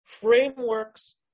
frameworks